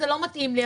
זה לא מתאים לי,